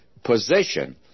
Position